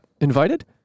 invited